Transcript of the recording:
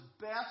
best